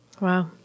Wow